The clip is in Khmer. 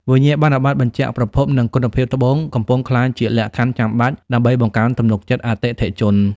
វិញ្ញាបនបត្របញ្ជាក់ប្រភព និងគុណភាពត្បូង កំពុងក្លាយជាលក្ខខណ្ឌចាំបាច់ដើម្បីបង្កើនទំនុកចិត្តអតិថិជន។